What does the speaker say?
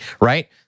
right